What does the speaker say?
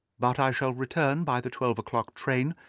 but i shall return by the twelve o'clock train,